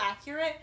accurate